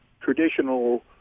traditional